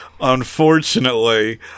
unfortunately